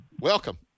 welcome